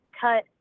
cut